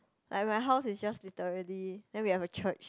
like my house is just literally then we have a church